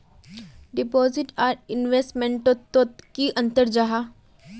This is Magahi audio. डिपोजिट आर इन्वेस्टमेंट तोत की अंतर जाहा?